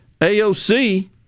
AOC